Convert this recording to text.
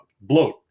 bloat